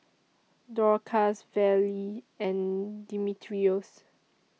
Dorcas Vallie and Dimitrios